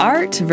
Art